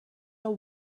are